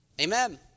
Amen